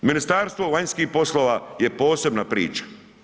Ministarstvo vanjskih poslova je posebna priča.